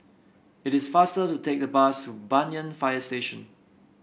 it is faster to take the bus to Banyan Fire Station